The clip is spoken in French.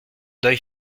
deuil